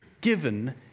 given